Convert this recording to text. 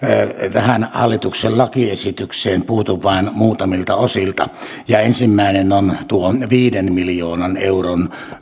tähän hallituksen lakiesitykseen puutun vain muutamilta osilta ja ensimmäinen on tuo viiden miljoonan euron